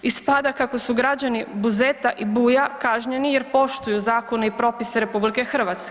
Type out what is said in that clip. Ispada kako su građani Buzeta i Buja kažnjeni jer poštuju zakone i propise RH.